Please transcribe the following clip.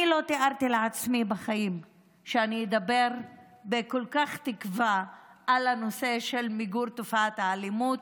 אני לא תיארתי לעצמי בחיים שאדבר על הנושא של מיגור תופעת האלימות